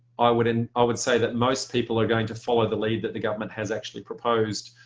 i would and i would say that most people are going to follow the lead that the government has actually proposed.